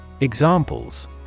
Examples